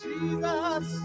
Jesus